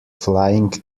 flying